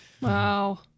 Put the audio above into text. Wow